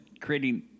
creating